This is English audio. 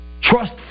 trust